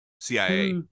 cia